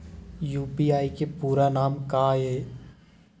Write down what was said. UPI के पूरा नाम का ये?